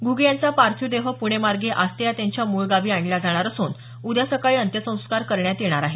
घुगे यांचा पार्थिव देह पुणे मार्गे आस्ते या त्यांच्या मूळ गावी आणला जाणार असून उद्या सकाळी अंत्यसंस्कार करण्यात येणार आहेत